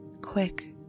quick